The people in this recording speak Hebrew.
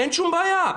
אין שום בעיה.